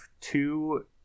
two